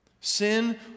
Sin